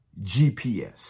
GPS